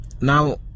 now